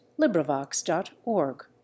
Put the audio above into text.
LibriVox.org